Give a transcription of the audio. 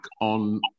on